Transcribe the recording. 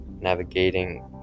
navigating